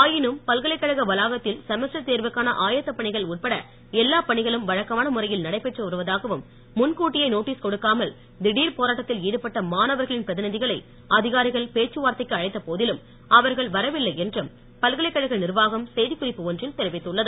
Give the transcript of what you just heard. ஆயினும் பல்கலைக்கழக வளாகத்தில் செமஸ்டர் தேர்வுக்கான ஆயத்த பணிகள் உட்பட எல்லாப் பணிகளும் வழக்கமான முறையில் நடைபெற்று வருவதாகவும் முன்கூட்டியே நோட்டீஸ் கொடுக்காமல் திடீர் போராட்டத்தில் ஈடுபட்ட மாணவர்களின் பிரதிநிதிகளை அதிகாரிகள் பேச்சுவார்த்தைக்கு அழைத்த போதிலும் அவர்கள் வரவில்லை என்றும் பல்கலைக்கழக நிர்வாகம் செய்திக்குறிப்பு ஒன்றில் தெரிவித்துள்ளது